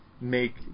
make